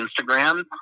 Instagram